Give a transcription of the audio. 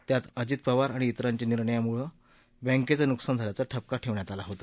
त्यात अजित पवार आणि त्रांच्या निर्णयांमुळं बँकेचं नुकसान झाल्याचा ठपका ठेवला होता